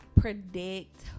predict